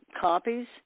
copies